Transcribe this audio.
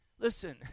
Listen